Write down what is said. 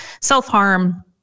self-harm